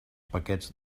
paquets